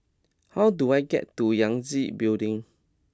how do I get to Yangtze Building